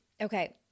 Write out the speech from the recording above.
Okay